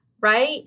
right